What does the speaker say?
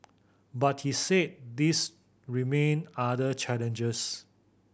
but he said these remain other challenges